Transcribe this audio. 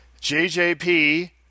JJP